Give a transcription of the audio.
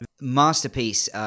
masterpiece